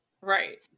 Right